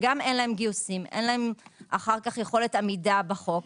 אין להן גיוסים ויכולת עמידה בחוק.